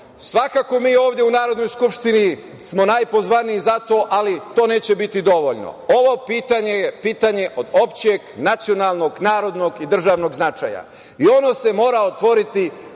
Svakako mi ovde u Narodnoj skupštini smo najpozvaniji zato, ali to neće biti dovoljno. Ovo pitanje je pitanje od opšteg, nacionalnog, narodnog i državnog značaja i ono se mora otvoriti